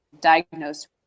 diagnosed